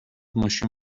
ماشین